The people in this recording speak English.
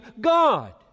God